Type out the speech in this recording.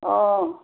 অঁ